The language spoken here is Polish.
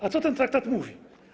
A co ten traktat mówi?